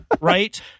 right